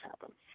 happen